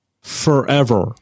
forever